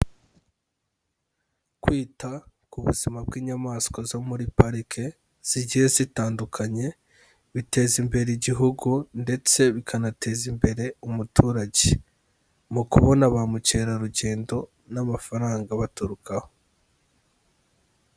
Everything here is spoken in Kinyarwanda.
Kwita ku buzima bw'inyamaswa zo muri parike zigiye zitandukanye, biteza imbere igihugu ndetse bikanateza imbere umuturage, mu kubona ba mukerarugendo n'amafaranga abaturukaho.